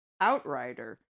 Outrider